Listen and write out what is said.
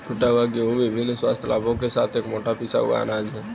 टूटा हुआ गेहूं विभिन्न स्वास्थ्य लाभों के साथ एक मोटा पिसा हुआ अनाज है